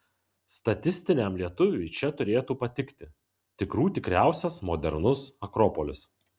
statistiniam lietuviui čia turėtų patikti tikrų tikriausias modernus akropolis